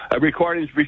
Recordings